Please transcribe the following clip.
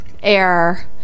air